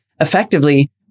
Effectively